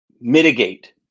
mitigate